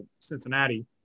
cincinnati